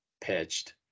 pitched